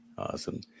Awesome